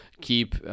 keep